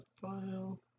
file